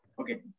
okay